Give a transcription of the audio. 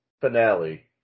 finale